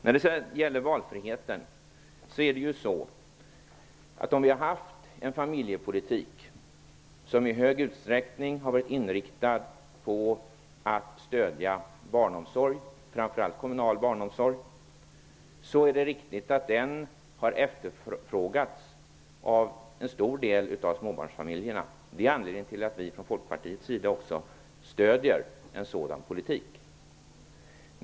När det sedan gäller valfriheten, har familjepolitiken i stor utsträckning varit inriktad på att stödja barnomsorg, framför allt kommunal barnomsorg, och det är riktigt att den har efterfrågats av en stor del av småbarnsfamiljerna. Det är anledningen till att vi från Folkpartiets sida också stöder en sådan politik.